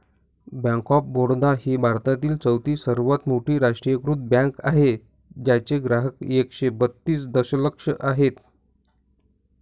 bank of Baroda ही भारतातील चौथी सर्वात मोठी राष्ट्रीयीकृत बँक आहे ज्याचे ग्राहक एकशे बत्तीस दशलक्ष आहेत